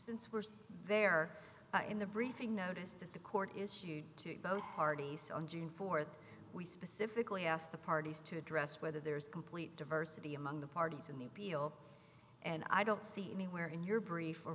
since we're there in the briefing notice that the court is to both parties on june th we specifically asked the parties to address whether there is complete diversity among the parties in the appeal and i don't see anywhere in your brief or